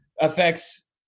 affects